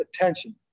attention